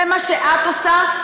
זה מה שאת עושה.